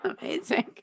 Amazing